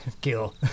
kill